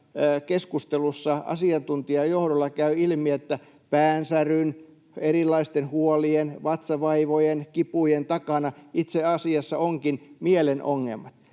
keskustelussa asiantuntijan johdolla käy ilmi, että päänsäryn, erilaisten huolien, vatsavaivojen tai kipujen takana itse asiassa onkin mielen ongelma.